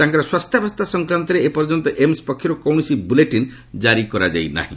ତାଙ୍କ ସ୍ୱାସ୍ଥ୍ୟାବସ୍ଥା ସଂକ୍ରାନ୍ତରେ ଏ ପର୍ଯ୍ୟନ୍ତ ଏମସ୍ ପକ୍ଷରୁ କୌଣସି ବୁଲେଟିନ୍ କାରି କରାଯାଇ ନାହିଁ